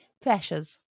pressures